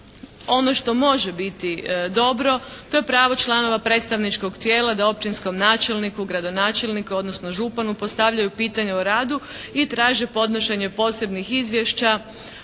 Ono što može biti dobro to je pravo članova predstavničkog tijela da općinskom načelniku, gradonačelniku odnosno županu postavljaju pitanja o radu i traže podnošenje posebnih izvješća